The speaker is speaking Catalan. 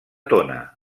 tona